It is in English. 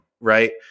Right